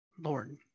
Lord